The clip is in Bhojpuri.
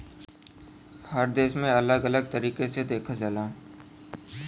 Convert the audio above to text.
हर देश में अलग अलग तरीके से देखल जाला